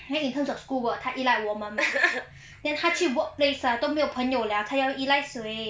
then in terms of schoolwork 她依赖我们吗 then 她去 workplace ah 都没有朋友了她要依赖谁